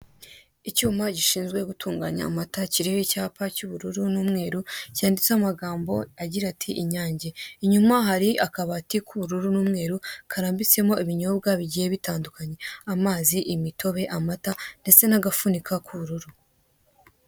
Icyuma gishinzwe gutunganya amata kiriho icyapa cy'ubururu n'umweru cyanditseho amagambo agira ati Inyange. Inyuma hari akabati k'ubururu n'umweru karambitsemo ibinyobwa bigiye bitandukanye. Amazi, imitobe, amata ndetse n'agapfunyika k'ubururu.